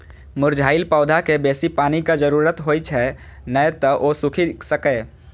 मुरझाइत पौधाकें बेसी पानिक जरूरत होइ छै, नै तं ओ सूखि सकैए